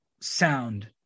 sound